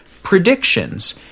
predictions